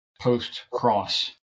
post-cross